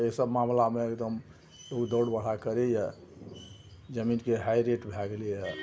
एहिसब मामिलामे एगदमसे ओ दौड़ बरहा करैए जमीनके हाइ रेट भए गेलैए